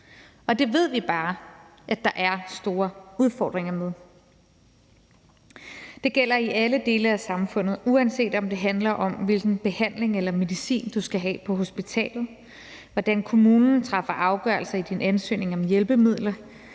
og det ved vi bare at der er store udfordringer med. Det gælder i alle dele af samfundet, uanset om det handler om, hvilken behandling eller medicin du skal have på hospitalet, hvordan kommunen træffer afgørelse i din ansøgning om hjælpemidler,